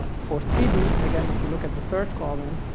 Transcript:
for three d again, if you look at the third column